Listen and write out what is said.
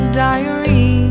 diary